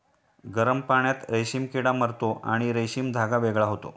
गरम पाण्यात रेशीम किडा मरतो आणि रेशीम धागा वेगळा होतो